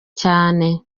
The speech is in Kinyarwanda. cyane